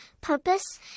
purpose